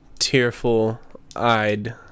tearful-eyed